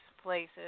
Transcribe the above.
places